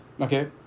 Okay